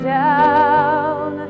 down